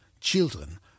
children